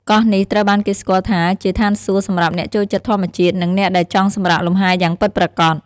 កោះនេះត្រូវបានគេស្គាល់ថាជាឋានសួគ៌សម្រាប់អ្នកចូលចិត្តធម្មជាតិ និងអ្នកដែលចង់សម្រាកលំហែយ៉ាងពិតប្រាកដ។